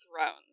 Thrones